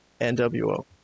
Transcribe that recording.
NWO